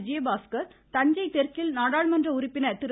விஜயபாஸ்கர் தஞ்சை தெற்கில் நாடாளுமன்ற உறுப்பினர் திரு